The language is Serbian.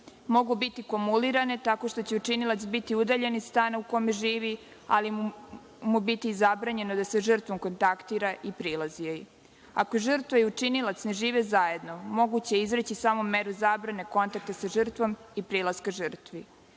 Mogu biti kumulirane tako što će učinilac biti udaljen iz stana u kom živi, ali će mu biti zabranjeno da sa žrtvom kontaktira i prilazi joj. Ako žrtva i učinilac ne žive zajedno, moguće je izreći samo meru zabrane kontakta sa žrtvom i prilaska žrtvi.